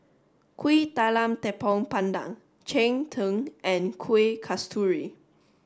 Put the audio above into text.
Kuih Talam Tepong Pandan Cheng Tng and Kuih Kasturi